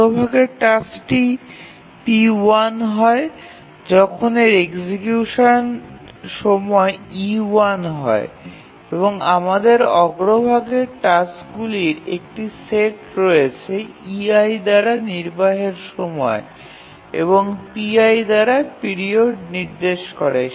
অগ্রভাগের টাস্কটি p1 হয় যখন এর এক্সিকিউশন সময় e1 হয় এবং আমাদের অগ্রভাগের টাস্কগুলির একটি সেট রয়েছে যা ei দ্বারা নির্বাহের সময় এবং pi দ্বারা পিরিয়ড নির্দেশ করে